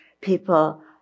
people